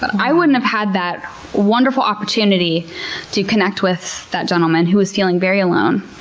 but i wouldn't have had that wonderful opportunity to connect with that gentleman, who was feeling very alone,